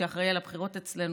שאחראי לבחירות אצלנו,